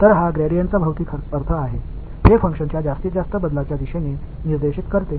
எனவே இது க்ராடிஎன்ட்க்கான இயற்பியல் விளக்கம் இது பங்க்ஷன் அதிகபட்ச மாற்றத்தின் திசையில் சுட்டிக்காட்டுகிறது